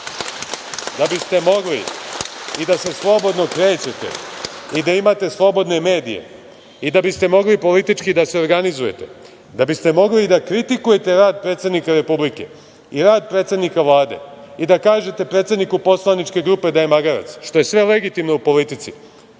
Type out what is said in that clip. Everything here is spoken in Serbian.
biste mogli i da se slobodno krećete i da imate slobodne medije i da biste mogli politički da se organizujete, da biste mogli i da kritikujete rad predsednika Republike i rad predsednika Vlade i da kažete predsedniku poslaničke grupe da je magarac, što je sve legitimno u politici,